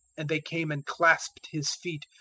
and they came and clasped his feet,